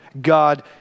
God